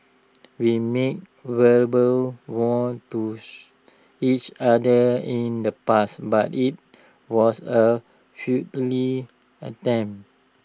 we made verbal vows to each other in the past but IT was A attempt